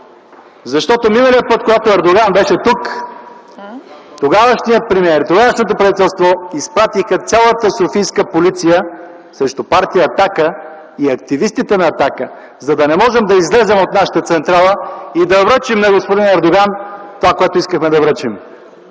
Защото миналия път, когато Ердоган беше тук, тогавашният премиер, тогавашното правителство изпратиха цялата софийска полиция срещу партия „Атака” и активистите на „Атака”, за да не можем да излезем от нашата централа и да връчим на господин Ердоган това, което искахме да връчим